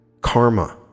karma